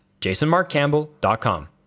jasonmarkcampbell.com